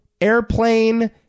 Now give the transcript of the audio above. Airplane